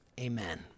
amen